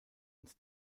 uns